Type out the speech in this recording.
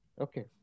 Okay